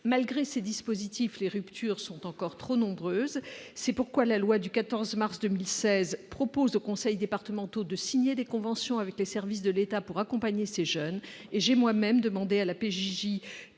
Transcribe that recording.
Malgré ces dispositifs, les ruptures sont encore trop nombreuses. C'est pourquoi la loi du 14 mars 2016 relative à la protection de l'enfant propose aux conseils départementaux de signer des conventions avec les services de l'État pour accompagner ces jeunes. J'ai moi-même demandé à la